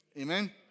Amen